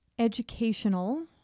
educational